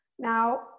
Now